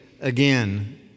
again